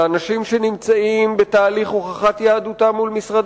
לאנשים שנמצאים בהליך הוכחת יהדותם מול משרד